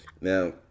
now